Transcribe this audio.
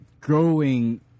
growing